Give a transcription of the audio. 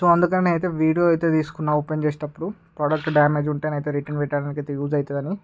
so అందుకని అయితే video అయితే తీసుకున్నా ఓపెన్ చేసేటప్పుడు ప్రొడక్టు డెమేజు ఉంటే అయితే రిటర్ను పెట్టేదానికి యూజ్ అవుతుందని